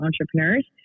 entrepreneurs